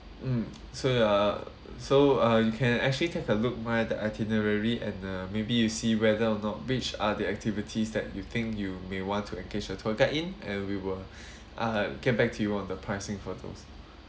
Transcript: mm so uh so uh you can actually take a look by the itinerary and uh maybe you see whether or not which are the activities that you think you may want to engage a tour guide in and we will uh get back to you on the pricing for those